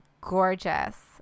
Gorgeous